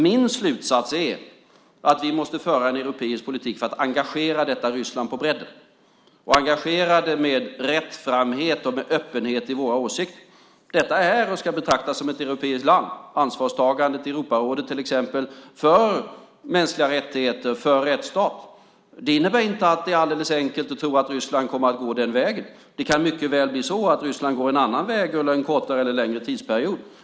Min slutsats är att vi måste föra en europeisk politik för att engagera detta Ryssland på bredden och engagera det med rättframhet och öppenhet i våra åsikter. Detta är och ska betraktas som ett europeiskt land - ansvarstagandet i Europarådet till exempel för mänskliga rättigheter och för en rättsstat. Det innebär inte att det är alldeles enkelt att tro att Ryssland kommer att gå den vägen. Det kan mycket väl bli så att Ryssland går en annan väg under en kortare eller längre tidsperiod.